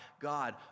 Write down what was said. God